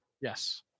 Yes